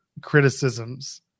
criticisms